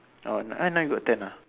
oh n~ now you got ten ah